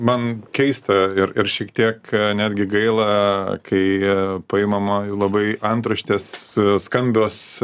man keista ir ir šiek tiek netgi gaila kai a paimama labai antraštės skambios